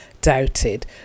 doubted